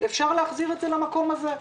אפשר להחזיר למקום הזה.